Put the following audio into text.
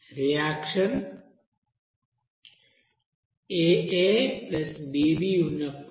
reaction aAbB ఉన్నప్పుడు